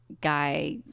guy